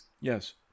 Yes